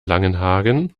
langenhagen